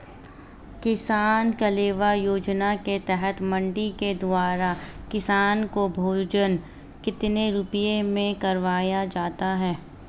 किसान कलेवा योजना के तहत मंडी के द्वारा किसान को भोजन कितने रुपए में करवाया जाता है?